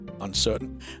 uncertain